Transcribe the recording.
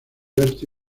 moriarty